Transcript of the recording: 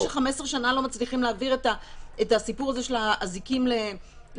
זאת הסיבה ש-15 שנה לא מצליחים להעביר את הסיפור הזה של האזיקים לאנשים